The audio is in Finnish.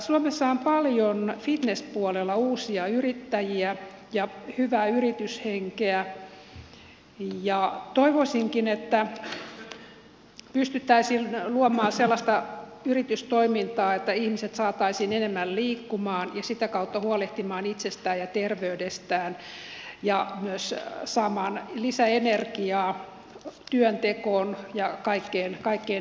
suomessa on paljon fitness puolella uusia yrittäjiä ja hyvää yrityshenkeä ja toivoisinkin että pystyttäisiin luomaan sellaista yritystoimintaa että ihmiset saataisiin enemmän liikkumaan ja sitä kautta huolehtimaan itsestään ja terveydestään ja myös saamaan lisäenergiaa työntekoon ja kaikkeen elämiseen